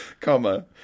comma